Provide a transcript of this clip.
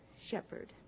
shepherd